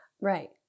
right